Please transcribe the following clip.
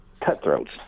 cutthroats